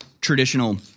traditional